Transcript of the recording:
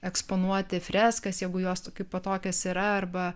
eksponuoti freskas jeigu jos kaipo tokios yra arba